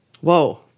Whoa